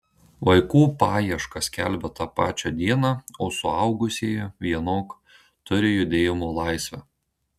vaikų paiešką skelbia tą pačią dieną o suaugusieji vienok turi judėjimo laisvę